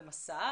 בתוכנית מסע,